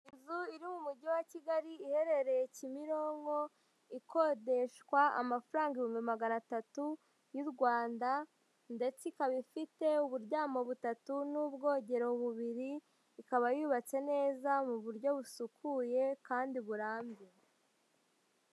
Inzu iri mu mujyi wa Kigali iherereye Kimironko ikodeshwa amafaranga ibihumbi magana atatu y'u Rwanda ndetse ikaba ifite uburyamo butatu n'ubwogero bubiri, ikaba yubatse neza mu buryo busukuye kandi burambye.